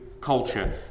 culture